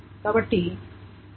కాబట్టి ఇది nr X bs